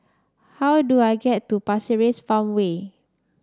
how do I get to Pasir Ris Farmway